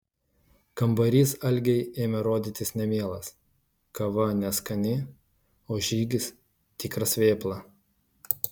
kambarys algei ėmė rodytis nemielas kava neskani o žygis tikras vėpla